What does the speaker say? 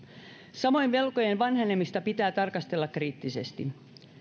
samoin velkojen vanhenemista pitää tarkastella kriittisesti